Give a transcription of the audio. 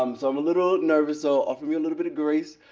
um so i'm a little nervous, so offer me a little bit of grace.